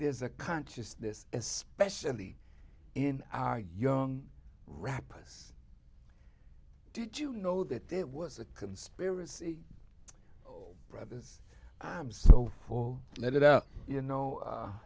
there's a consciousness especially in our young rappers did you know that it was a conspiracy brothers so for let it out you know